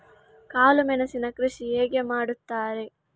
ಕಾಳು ಮೆಣಸಿನ ಕೃಷಿ ಹೇಗೆ ಮಾಡುತ್ತಾರೆ?